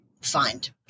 find